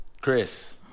Chris